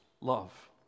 love